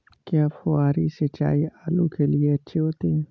क्या फुहारी सिंचाई आलू के लिए अच्छी होती है?